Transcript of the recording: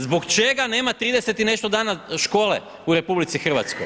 Zbog čega nema 30 i nešto dana škole u RH?